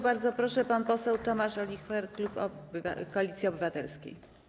Bardzo proszę, pan poseł Tomasz Olichwer, klub Koalicji Obywatelskiej.